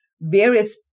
various